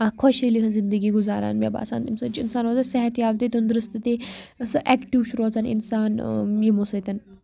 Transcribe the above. اَکھ خۄشحٲلی ہٕنٛز زندگی گُزاران مےٚ باسان اَمہِ سۭتۍ چھُ اِنسان روزان صحتیاب تہِ تنٛدرُست تہِ سُہ اٮ۪کٹِو چھُ روزان اِنسان یِمو سۭتۍ